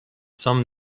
some